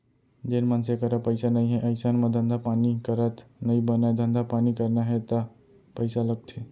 जेन मनसे करा पइसा नइ हे अइसन म धंधा पानी करत नइ बनय धंधा पानी करना हे ता पइसा लगथे